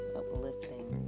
uplifting